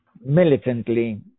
militantly